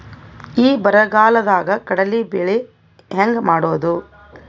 ಈ ಬರಗಾಲದಾಗ ಕಡಲಿ ಬೆಳಿ ಹೆಂಗ ಮಾಡೊದು?